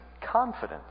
confidence